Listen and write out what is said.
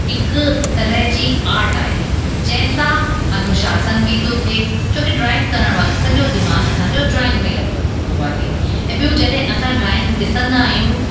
हिकु तरह जी आर्ट आहे जंहिं सां अनुशासन बि थो थिए छो कि ड्रॉइंग करण वक़्तु सॼो दिमाग़ु असांजो ड्रॉइंग में लॻियल हूंदो आहे ऐं ॿियो जॾहिं असां ड्राइंग ॾिसंदा आहियूं